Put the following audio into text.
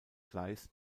gleis